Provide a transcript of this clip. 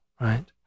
right